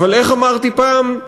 אבל, איך אמרתי פעם,